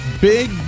Big